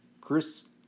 Chris